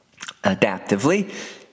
adaptively